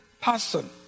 person